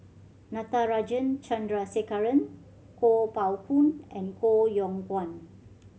Natarajan Chandrasekaran Kuo Pao Kun and Koh Yong Guan